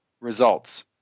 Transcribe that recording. results